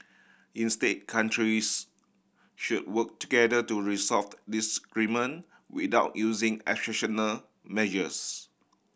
instead countries should work together to resolved disagreement without using exceptional measures